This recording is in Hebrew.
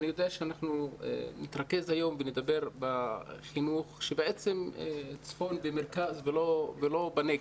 אני יודע שנתרכז היום ונדבר על החינוך בצפון ובמרכז ולא בנגב.